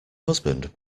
husband